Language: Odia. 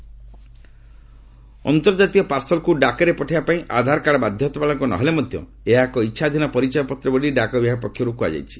ଡିପାର୍ଟମେଣ୍ଟ ପୋଷ୍ଟସ୍ ଆଧାର ଅନ୍ତର୍ଜାତୀୟ ପାର୍ସଲ୍କୁ ଡାକରେ ପଠାଇବା ପାଇଁ ଆଧାରକାର୍ଡ ବାଧ୍ୟତାମୂଳକ ନ ହେଲେ ମଧ୍ୟ ଏହା ଏକ ଇଚ୍ଛାଧୀନ ପରିଚୟପତ୍ର ବୋଲି ଡାକ ବିଭାଗ ପକ୍ଷରୁ କୁହାଯାଇଛି